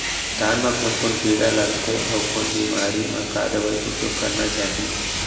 धान म कोन कोन कीड़ा लगथे अऊ कोन बेमारी म का दवई के उपयोग करना चाही?